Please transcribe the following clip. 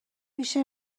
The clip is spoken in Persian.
میشه